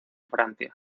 francia